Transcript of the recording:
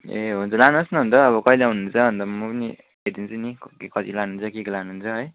ए हुन्छ लानुहोस् न अनि त अब कैले आउनुहुन्छ अनि त म पनि हेरिदिन्छु नि क् कति लानुहुन्छ के के लानुहुन्छ है